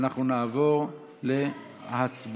אנחנו נעבור להצבעה